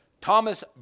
Thomas